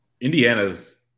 Indiana's